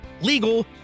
legal